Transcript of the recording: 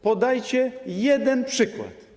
Podajcie jeden przykład.